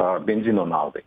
a benzino naudai